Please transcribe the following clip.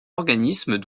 organismes